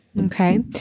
Okay